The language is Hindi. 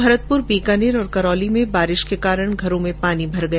भरतप्र बीकानेर और करौली में बारिश के कारण घरों में पानी भर गया